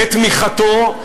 בתמיכתו,